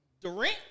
Durant